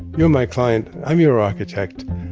you're my client. i'm your architect.